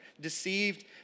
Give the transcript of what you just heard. deceived